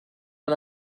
man